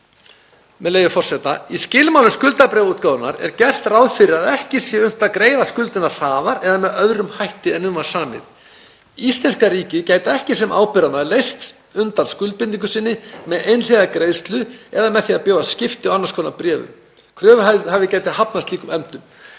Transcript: með leyfi forseta: „Í skilmálum skuldabréfaútgáfunnar er gert ráð fyrir því að ekki sé unnt að greiða skuldina hraðar eða með öðrum hætti en um var samið. Íslenska ríkið gæti ekki sem ábyrgðarmaður leysts undan skuldbindingu sinni með einhliða greiðslu eða með því að bjóða skipti á annars konar bréfum. Kröfuhafi gæti hafnað slíkum efndum